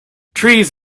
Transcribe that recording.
trees